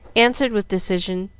answered, with decision,